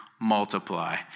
multiply